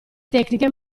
tecniche